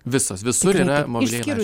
visos visur yra mobilieji